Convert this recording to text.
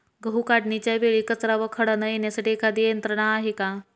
गहू काढणीच्या वेळी कचरा व खडा न येण्यासाठी एखादी यंत्रणा आहे का?